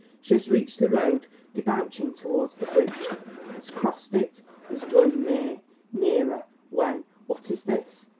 she has reached the road debouching towards the bridge has crossed it is drawing near nearer when, what is this?